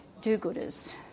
do-gooders